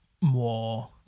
more